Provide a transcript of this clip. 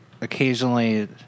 occasionally